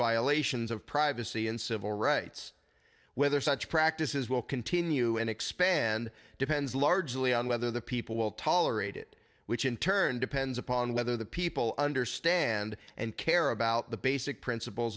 violations of privacy and civil rights whether such practices will continue and expand depends largely on whether the people will tolerate it which in turn depends upon whether the people understand and care about the basic princip